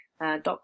dot